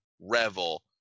revel